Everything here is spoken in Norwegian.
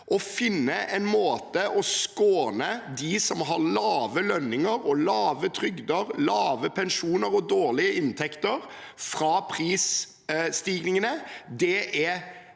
Å finne en måte for å skåne dem som har lave lønninger og lave trygder, lave pensjoner og dårlige inntekter fra prisstigningene, er